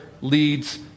leads